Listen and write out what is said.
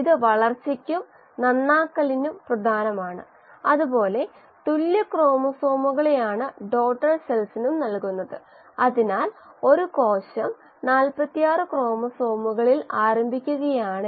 നമ്മൾ ഉത്തരം കിട്ടാൻ ശ്രമിക്കുകയാണ്